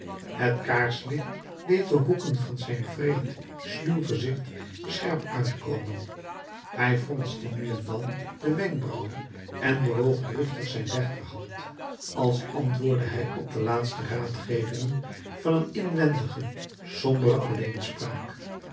het kaarslicht deed de hoeken van zijn wreed sluw gezicht scherp uitkomen hij fronste nu en dan de wenkbrauwen en bewoog driftig zijn rechterhand als antwoordde hij op de laatste raadgevingen van een inwendige sombere